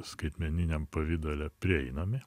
skaitmeniniam pavidale prieinami